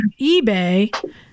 eBay